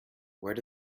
where